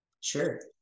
Sure